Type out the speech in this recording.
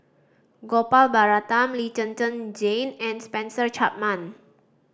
Gopal Baratham Lee Zhen Zhen Jane and Spencer Chapman